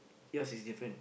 yours is different